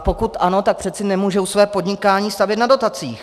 Pokud ano, tak přece nemohou své podnikání stavět na dotacích.